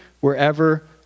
wherever